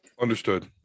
understood